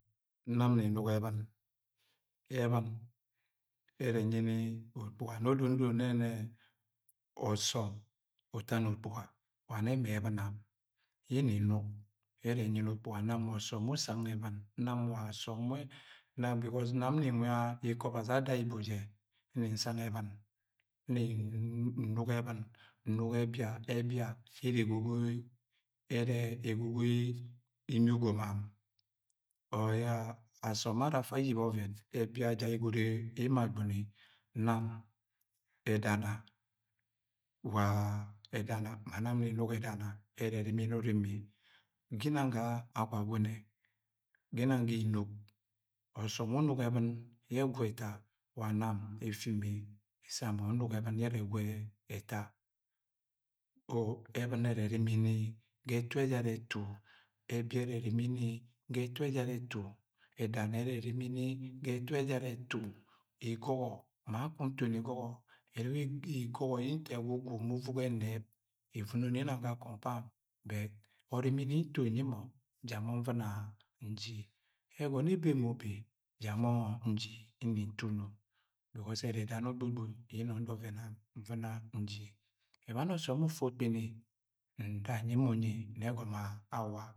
Nam nni nnuga ebɉn. Ebɉn ẹrẹ enyi ni ukpuga nẹ odo ndoro nne yẹnẹ ọsọm uta ni ukpuga. Wa nẹ ma ebɉn ye nni nnuk ere ẹnyi ukpuga. Nam wa ọsọm we usang ebɉn, Nam nni nwa ikọ obazi aga ibuje nni nsang ebɉn. Nni nuga ẹbɉn, nuga ẹbia. Ẹbia ẹrẹ egogoi, ẹrẹ egogoi imi ugomam asọm ara afa ayibẹ ọvẹvẹn ẹbia ja egoro emo agbɉni. Nam, ẹdana wa ẹdana ma nam nni nnuga edana. Ẹrẹ ẹrimini urimi. Ga inang ga Agwagune, ga inang ga inuk, ọsọm wẹ unuga ebɉn yẹ egwu ẹta wa nam Effime isamo unugọ ebɉn yẹ ẹrẹ egwu ẹta. Ẹbia ẹrẹ ẹrimini ga ẹtu ejara ẹtu. Ẹdana ẹrẹ ẹrimini ga ẹtu ẹjara ẹtu. I gọgọ, ma kakọng ntoni igọgọ, igọgọ yẹ nto ẹgwugwu ma uvugo ẹnẹb. Evuno ni ginang ga compound but ọrimini yẹ nto nyi mọ ja mọ invɉna nji. Ẹgọnọ ye ebe ma ube ja mọ nji, nni ntọ unu bikọs ẹrẹ edani ogbo gboi yẹ nnȯng nda ọvẹnam nvɉna nji. Ebani yẹ ọsọm ufu ukpi ni, nda nyi mọ unyi nna gọmọ awa.